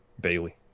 Bailey